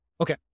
Okay